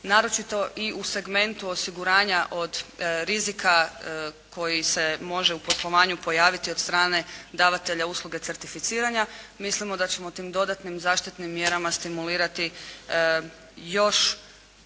naročito i u segmentu osiguranja od rizika koji se može u poslovanju pojaviti od strane davatelja usluge certificiranja. Mislimo da ćemo tim dodatnim zaštitnim mjerama stimulirati još